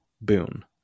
boon